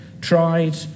Tried